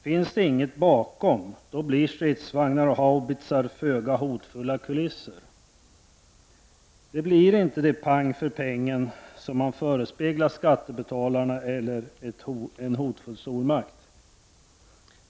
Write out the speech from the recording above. Finns det inget bakom blir stridsvagnar och haubitsar föga hotfulla kulisser. Det blir inte det pang för pengen som man förespeglat skattebetalarna, och det blir inte en hotfull stormakt.